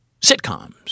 sitcoms